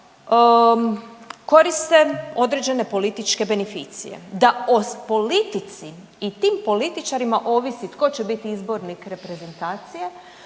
koriste određene političke beneficije, da o politici i tim političarima ovisi tko će biti izbornik reprezentacije,